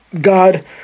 God